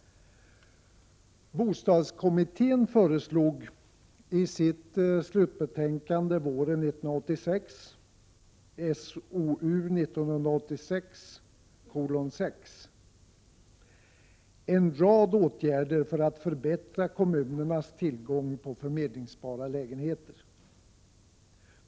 Bostadskommittén föreslog i sitt slutbetänkande våren 1986 en rad åtgärder för att förbättra kommunernas tillgång på förmedlingsbara lägenheter.